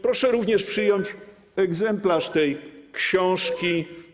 Proszę również przyjąć egzemplarz tej książki.